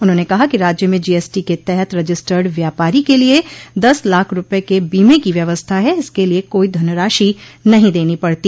उन्होंने कहा कि राज्य में जीएसटी के तहत रजिस्टर्ड व्यापारी के लिये दस लाख रूपये के बीमे की व्यवस्था है इसके लिये कोई धनराशि नहीं देनी पड़ती